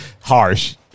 harsh